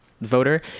voter